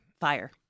Fire